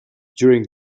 during